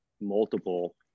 multiple